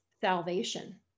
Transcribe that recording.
salvation